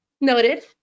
Noted